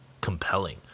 compelling